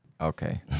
Okay